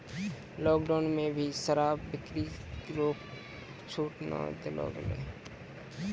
lockdown मे भी शराब बिक्री रो छूट नै देलो गेलै